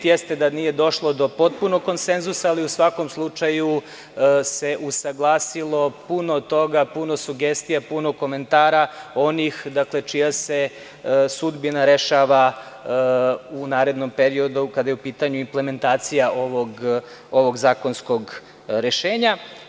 Jeste da nije došlo do potpunog konsenzusa, ali u svakom slučaju se usaglasilo puno toga, puno sugestija, puno komentara onih, dakle, čija se sudbina rešava u narednom periodu kada je u pitanju implementacija ovog zakonskog rešenja.